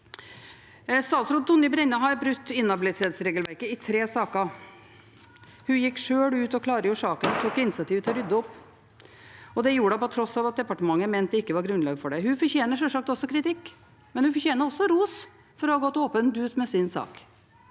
Statsråd Tonje Brenna har brutt inhabilitetsregelverket i tre saker. Hun gikk sjøl ut og klargjorde saken og tok initiativ til å rydde opp. Det gjorde hun på tross av at departementet mente det ikke var grunnlag for det. Hun fortjener sjølsagt kritikk, men hun fortjener også ros for å ha gått åpent ut med sin sak.